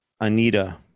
Anita